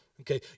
okay